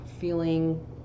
feeling